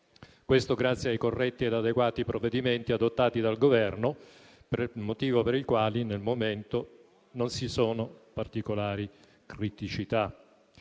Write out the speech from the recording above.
questo grazie ai corretti e adeguati provvedimenti adottati dal Governo, motivo per cui al momento non vi sono particolari criticità.